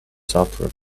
software